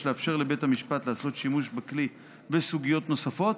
לאפשר לבית המשפט לעשות שימוש בכלי בסוגיות נוספות,